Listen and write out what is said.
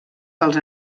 pels